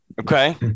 Okay